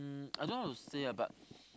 um I don't know how to say ah but